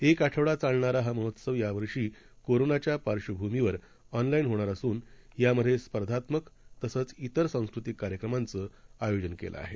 एकआठवडाचालणाराहामहोत्सवयावर्षीकोरोनाच्यापार्श्वभूमीवरऑनलाउहोणारअसूनयामध्येस्पर्धात्मकतसंच विरसांस्कृतिककार्यक्रमांचं आयोजनकेलंआहे